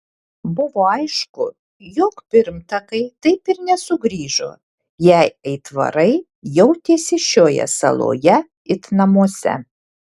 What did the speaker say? buvo aišku jog pirmtakai taip ir nesugrįžo jei aitvarai jautėsi šioje saloje it namuose